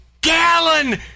gallon